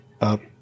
up